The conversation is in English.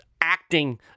acting